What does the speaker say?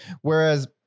whereas